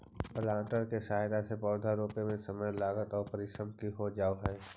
planter के सहायता से पौधा रोपे में समय, लागत आउ परिश्रम कम हो जावऽ हई